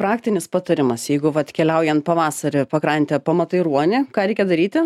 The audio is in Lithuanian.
praktinis patarimas jeigu vat keliaujan pavasarį pakrante pamatai ruonį ką reikia daryti